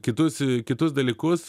kitus kitus dalykus